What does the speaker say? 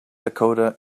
dakota